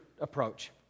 approach